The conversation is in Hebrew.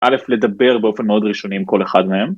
א', לדבר באופן מאוד ראשוני עם כל אחד מהם.